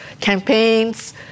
campaigns